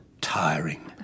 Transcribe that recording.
Tiring